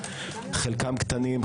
חלקם קטנים,